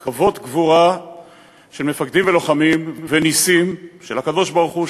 קרבות גבורה של מפקדים לוחמים ונסים של הקדוש-ברוך-הוא,